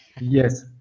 Yes